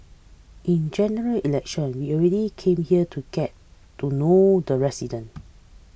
in General Election we've already come here to get to know the resident